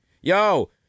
Yo